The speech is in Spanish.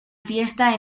fiesta